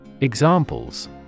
Examples